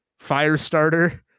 Firestarter